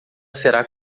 será